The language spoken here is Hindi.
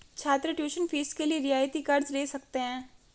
छात्र ट्यूशन फीस के लिए रियायती कर्ज़ ले सकते हैं